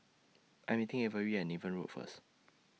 I Am meeting Averi At Niven Road First